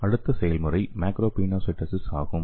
அடுத்த செயல்முறை மேக்ரொபினோசைடோசிஸ் ஆகும்